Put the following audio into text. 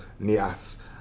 Nias